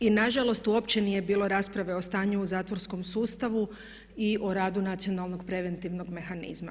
I nažalost uopće nije bilo rasprave o stanju u zatvorskom sustavu i o radu nacionalnog preventivnog mehanizma.